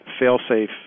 fail-safe